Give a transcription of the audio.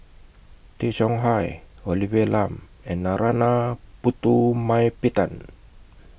Tay Chong Hai Olivia Lum and Narana Putumaippittan